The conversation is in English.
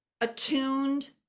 attuned